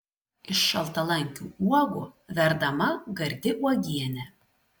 iš šaltalankių uogų verdama gardi uogienė